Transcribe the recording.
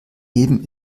leben